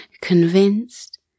convinced